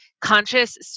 conscious